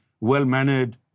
well-mannered